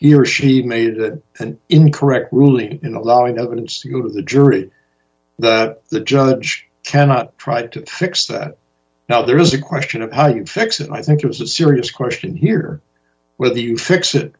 he or she made it an incorrect ruling in allowing the evidence to go to the jury that the judge cannot try to fix that now there is a question of how you fix it and i think it's a serious question here whether you fix it